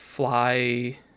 fly